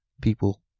people